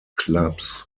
clubs